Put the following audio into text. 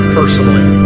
personally